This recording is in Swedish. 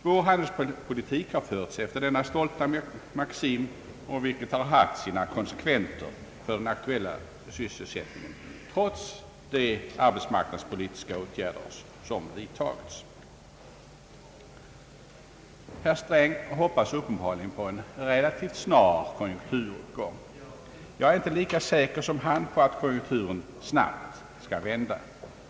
Vår handelspolitik har förts efter denna stolta maxim, vilket har haft sina konsekvenser för den aktuella sysselsättningen trots de arbetsmarknadspolitiska åtgärder som har vidtagits. Herr Sträng hoppas uppenbarligen på en relativt snar konjunkturuppgång. Jag är inte lika säker som han på att konjunkturen snabbt skall vända.